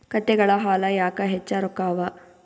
ಕತ್ತೆಗಳ ಹಾಲ ಯಾಕ ಹೆಚ್ಚ ರೊಕ್ಕ ಅವಾ?